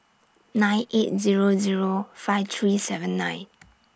nine eight Zero Zero five three seven nine